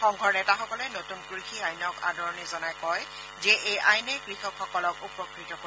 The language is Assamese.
সংঘৰ নেতাসকলে নতুন কৃষি আইনক আদৰণি জনাই কয় যে এই আইনে কৃষকসকলক উপকৃত কৰিব